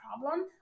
problem